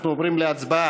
אנחנו עוברים להצבעה.